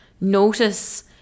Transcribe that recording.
Notice